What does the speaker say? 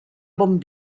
bon